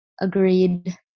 agreed